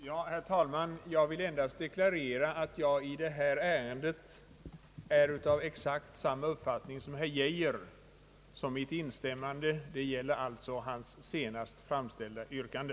Herr talman! Jag vill endast deklarera att jag i detta ärende är av exakt samma uppfattning som herr Lennart Geijer. Mitt instämmande gäller alltså hans senast framställda yrkande.